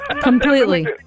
Completely